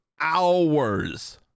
hours